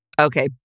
Okay